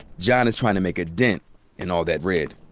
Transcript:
john is tryin' to make a dent in all that red.